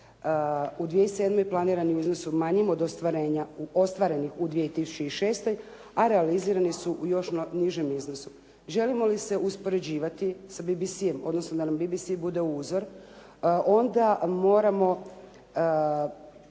u 2007. planirani u iznosu manjim od ostvarenja ostvarenih u 2006., a realizirani su u još nižem iznosu. Želimo li se uspoređivati sa BBC-em, odnosno da nam BBC bude uzor, onda moramo,